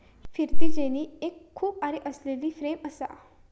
फिरती जेनी एक खूप आरे असलेली फ्रेम असा